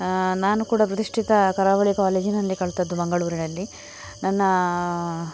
ನಾನು ಕೂಡ ಪ್ರತಿಷ್ಠಿತ ಕರಾವಳಿ ಕಾಲೇಜಿನಲ್ಲಿ ಕಲಿತದ್ದು ಮಂಗಳೂರಿನಲ್ಲಿ ನನ್ನ